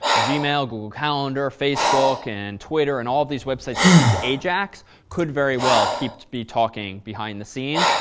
gmail, google calendar, facebook, and twitter and all these websites that use ajax could very well keep to be talking behind the scenes.